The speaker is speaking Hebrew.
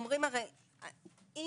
אם